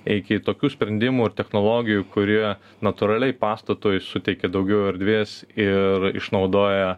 iki tokių sprendimų ir technologijų kurie natūraliai pastatui suteikia daugiau erdvės ir išnaudoja